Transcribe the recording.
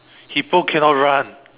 hippo cannot run